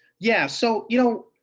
yeah so you know,